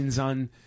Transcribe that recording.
on